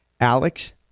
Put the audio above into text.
Alex